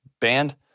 band